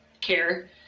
care